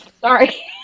Sorry